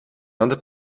inde